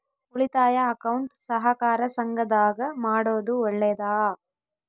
ಉಳಿತಾಯ ಅಕೌಂಟ್ ಸಹಕಾರ ಸಂಘದಾಗ ಮಾಡೋದು ಒಳ್ಳೇದಾ?